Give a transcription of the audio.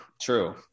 true